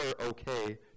okay